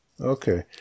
Okay